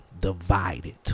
Divided